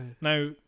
Now